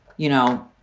you know,